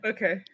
Okay